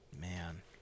man